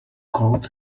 cold